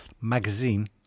Magazine